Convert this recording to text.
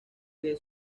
que